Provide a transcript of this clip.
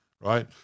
right